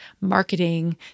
marketing